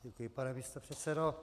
Děkuji, pane místopředsedo.